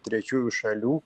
trečiųjų šalių